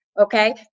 Okay